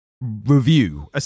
review